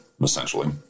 Essentially